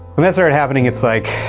when that started happening it's like,